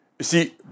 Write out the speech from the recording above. see